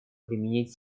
применить